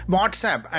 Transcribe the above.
WhatsApp